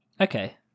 Okay